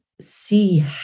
see